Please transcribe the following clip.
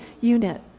unit